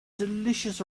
delicious